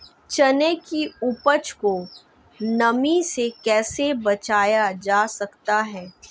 चने की उपज को नमी से कैसे बचाया जा सकता है?